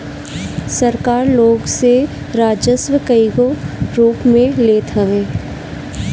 सरकार लोग से राजस्व कईगो रूप में लेत हवे